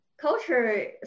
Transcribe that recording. Culture